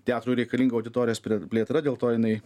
teatrui reikalinga auditorijos plėtra dėl to jinai